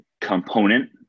component